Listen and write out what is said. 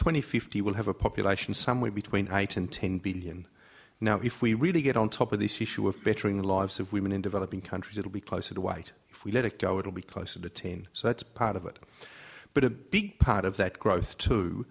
twenty fifty we'll have a population somewhere between right and ten billion now if we really get on top of this issue of bettering the lives of women in developing countries it'll be closer to white if we let it go it'll be close to detain so that's part of it but a big part of that growth too